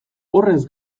horrez